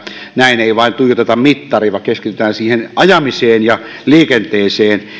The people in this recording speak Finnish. näin ei vain tuijoteta mittariin vaan keskitytään siihen ajamiseen ja liikenteeseen